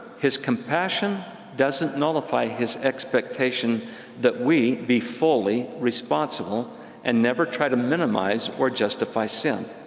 his compassion doesn't nullify his expectation that we be fully responsible and never try to minimize or justify sin.